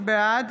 בעד